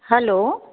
hello